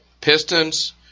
Pistons